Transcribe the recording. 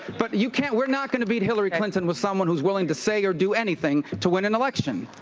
but you can't we're not gonna beat hillary clinton with someone who's willing to say or do anything to win an election.